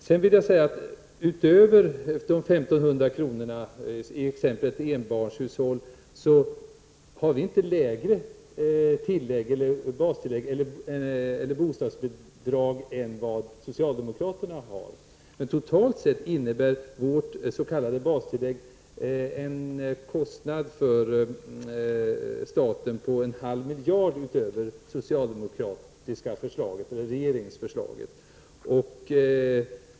Förutom de 1 500 kronorna till t.ex. enbarnshushåll föreslår vi inte lägre bostadsbidrag än socialdemokraterna. Totalt sett innebär vårt förslag till s.k. bastillägg en kostnad för staten på en halv miljard utöver regeringsförslaget.